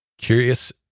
curious